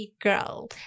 girl